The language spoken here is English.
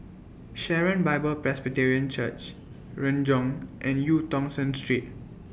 Sharon Bible Presbyterian Church Renjong and EU Tong Sen Street